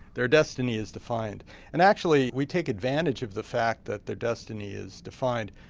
their destiny is defined and actually we take advantage of the fact that their destiny is defined.